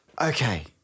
Okay